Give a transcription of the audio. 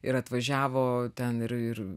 ir atvažiavo ten ir ir